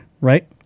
right